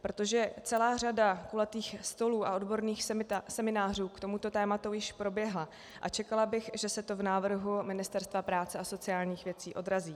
Protože celá řada kulatých stolů a odborných seminářů k tomuto tématu již proběhla a čekala bych, že se to v návrhu Ministerstva práce a sociálních věcí odrazí.